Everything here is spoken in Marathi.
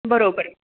बरोबर